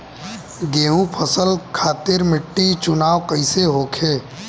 गेंहू फसल खातिर मिट्टी चुनाव कईसे होखे?